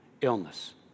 illness